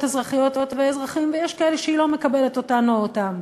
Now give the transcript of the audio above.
אזרחיות ואזרחים ויש כאלה שהיא לא מקבלת אותן או אותם.